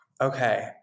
Okay